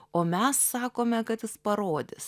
o mes sakome kad jis parodys